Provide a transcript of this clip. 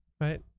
right